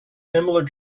similar